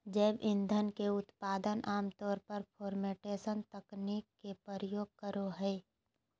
जैव ईंधन के उत्पादन आम तौर पर फ़र्मेंटेशन तकनीक के प्रयोग करो हइ